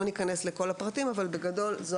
לא ניכנס לכל הפרטים אבל בגדול זו